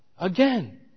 Again